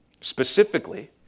Specifically